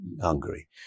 Hungary